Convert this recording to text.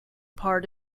part